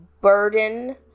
burden